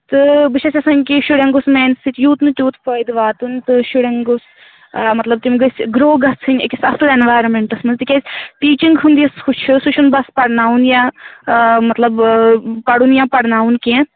تہٕ بہٕ چھَس یَژھان کہِ شُرٮ۪ن گوٚژھ میٛانہِ سۭتۍ یوٗت وٕ تیوٗت فٲیدٕ واتُن تہٕ شُرٮ۪ن گوٚژھ آ مطلب تِم گٔژھۍ گرو گژھٕنۍ أکِس اَصٕل اٮ۪نٛویارنمٮ۪نٛٹَس منٛز تِکیٛازِ ٹیٖچِنٛگ ہُنٛد یُس ہُہ چھُ سُہ چھُنہٕ بَس پرناوُن یا مطلب پَرُن یا پرناوُن کیٚنٛہہ